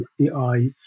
AI